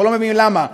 אנחנו לא מבינים למה.